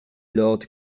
lord